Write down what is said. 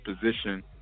position